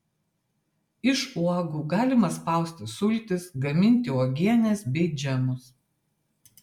iš uogų galima spausti sultis gaminti uogienes bei džemus